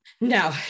no